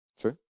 True